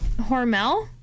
Hormel